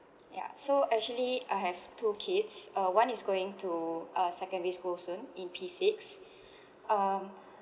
yeah so actually I have two kids uh one is going to uh secondary school soon in p six um